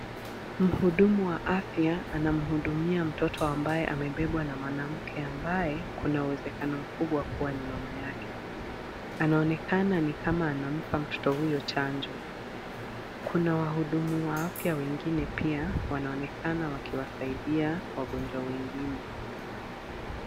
Muhudumu wa afya anamuhudumia mtoto ambaye amebebwa na mwanamke ambaye kuna uwezekano mkubwa kuwa ni mama yake. Anaonekana ni kama anampa mtoto huyo chanjo. Kuna wahudumu wa afya wengine pia, wanaonekana wakiwasaidia wagonjwa wengine.